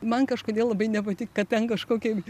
man kažkodėl labai nepatiko kad ten kažkokia